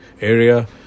area